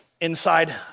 inside